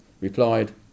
replied